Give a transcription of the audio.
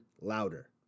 louder